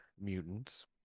mutants